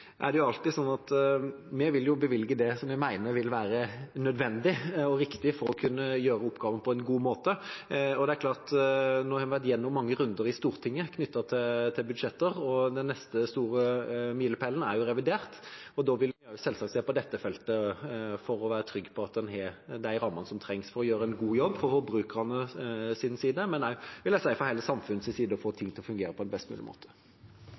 riktig for å kunne gjøre oppgaven på en god måte. Nå har vi vært gjennom mange runder i Stortinget knyttet til budsjetter. Den neste store milepælen er revidert, og da vil vi selvsagt også se på dette feltet for å være trygg på at en har de rammene som trengs for å gjøre en god jobb for forbrukerne, og jeg vil si også for hele samfunnet, og få ting til å fungere på en best mulig måte.